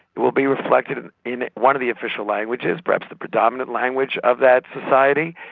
it will be reflected in one of the official languages, perhaps the predominant language of that society,